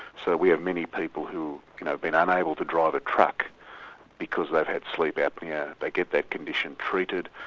so we have many people who have been unable to drive a truck because they've had sleep apnoea, they get that condition treated,